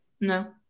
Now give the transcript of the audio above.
No